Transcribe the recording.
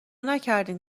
نکردین